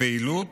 לפעילות